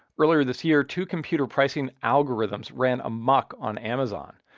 earlier this year, two computer pricing algorithms ran amok on amazon.